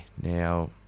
Now